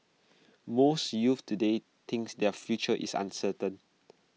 most youths today thinks their future is uncertain